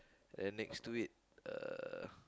and then next to it uh